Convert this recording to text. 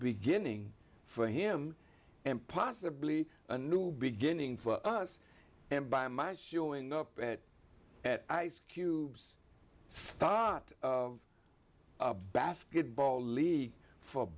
beginning for him and possibly a new beginning for us and by my showing up at ice cube's stot of basketball league for